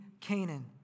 Canaan